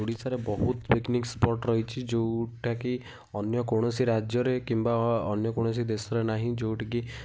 ଓଡ଼ିଶାର ବହୁତ୍ picnic spot ରହିଛି ଯେଉଁଟା କି ଅନ୍ୟ କୌଣସି ରାଜ୍ୟରେ କିମ୍ବା ଅନ୍ୟ କୌଣସି ଦେଶରେ ନାହିଁ ଯେଉଁଟି କି